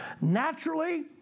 Naturally